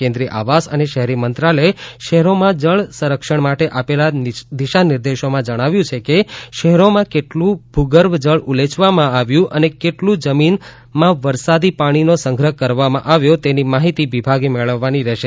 કેન્દ્રિય આવાસઅને શહેરી મંત્રાલયે શહેરોમાં જળ સંરક્ષણ માટે આપેલા દિશા નિર્દેશોમાં જણાવ્યું છે કે શહેરોમાં કેટલું ભૂગર્ભ જળ ઉલેચવામાં આવ્યું અને કેટલું જમીનમાં ફરી વરસાદી પાણીનો સંગ્રહ કરવામાં આવ્યો તેની માહિતી વિભાગે મેળવવાની રહેશે